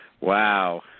Wow